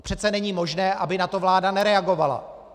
Přece není možné, aby na to vláda nereagovala.